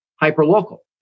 hyper-local